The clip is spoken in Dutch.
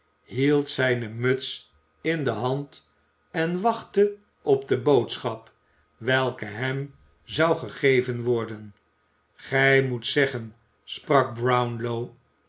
hield zijne muts in de hand en wachtte op de boodschap welke hem zou gegeven worden gij moet zeggen sprak brownlow